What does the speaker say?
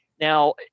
Now